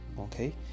Okay